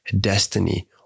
destiny